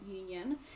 Union